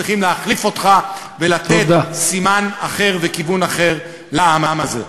צריכים להחליף אותך ולתת סימן אחר וכיוון אחר לעם הזה.